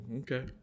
okay